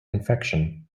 infection